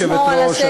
גברתי היושבת-ראש,